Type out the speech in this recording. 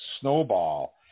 snowball